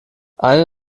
eine